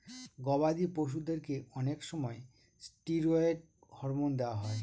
গবাদি পশুদেরকে অনেক সময় ষ্টিরয়েড হরমোন দেওয়া হয়